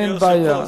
אין בעיה.